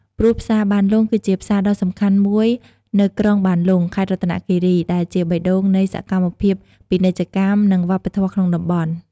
ព្រោះផ្សារបានលុង គឺជាផ្សារដ៏សំខាន់មួយនៅក្រុងបានលុង ខេត្តរតនគិរី ដែលជាបេះដូងនៃសកម្មភាពពាណិជ្ជកម្ម និងវប្បធម៌ក្នុងតំបន់។